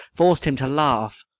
forc'd him to laugh,